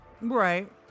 Right